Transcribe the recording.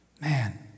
man